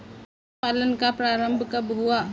पशुपालन का प्रारंभ कब हुआ?